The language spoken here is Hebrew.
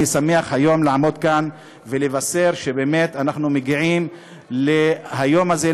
אני שמח היום לעמוד כאן ולבשר שבאמת אנחנו מגיעים ליום הזה,